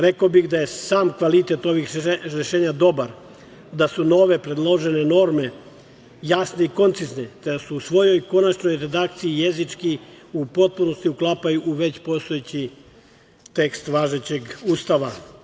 Rekao bih da je sam kvalitet ovih rešenja dobar, da su nove predložene norme jasne i koncizne, da se u svojoj konačnoj redakciji jezički u potpunosti uklapaju u već postojeći tekst važećeg Ustava.